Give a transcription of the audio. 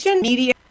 media